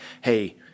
hey